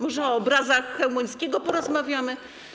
Może o obrazach Chełmońskiego porozmawiamy?